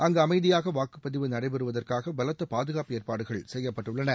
அங்கு அமைதியாக வாக்குப்பதிவு நடைபெறுவதற்காக பலத்த பாதுகாப்பு ஏற்பாடுகள் செய்யப்பட்டுள்ளன